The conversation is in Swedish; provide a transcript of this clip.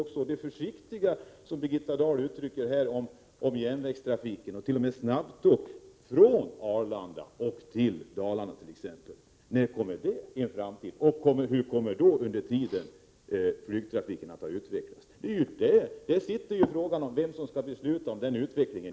När skall Birgitta Dahls försiktiga uttalande om järnvägstrafiken och t.o.m. snabbtåg från Arlanda till Dalarna t.ex. bli verklighet? Hur kommer flygtrafiken under tiden att ha utvecklats? Det är ju det som är väsentligt i sammanhanget. Frågan är vem som i dag skall fatta beslut om den utvecklingen.